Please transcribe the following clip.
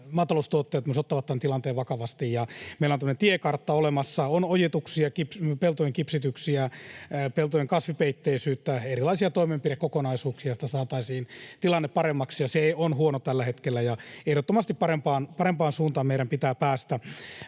maataloustuottajat myös ottavat tämän tilanteen vakavasti. Ja meillä on tämmöinen tiekartta olemassa, on ojituksia, peltojen kipsityksiä, peltojen kasvipeitteisyyttä ja erilaisia toimenpidekokonaisuuksia, jotta saataisiin tilanne paremmaksi. Se on huono tällä hetkellä, ja ehdottomasti parempaan suuntaan meidän pitää päästä.